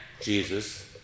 Jesus